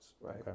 right